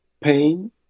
pain